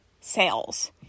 sales